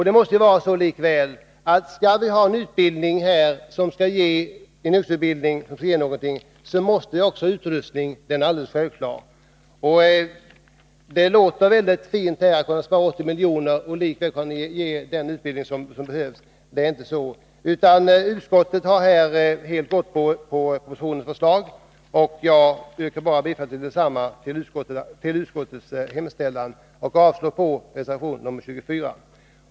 Det måste också vara så att om vi skall få en yrkesutbildning som ger någonting, då måste vi ha ordentlig utrustning. Det är alldeles självklart. Det låter fint att säga att man kan spara 80 miljoner och likväl erbjuda den utbildning som behövs, men det är inte möjligt att göra det. Utskottet har biträtt propositionens förslag, och jag yrkar på den här punkten bifall till utskottets hemställan och avslag på reservation 23.